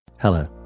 Hello